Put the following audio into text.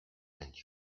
and